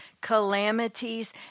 calamities